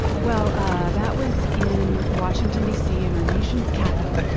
well that was in washington, d. c. in our nation's capital.